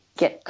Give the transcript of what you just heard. get